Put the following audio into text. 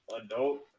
adult